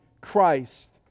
Christ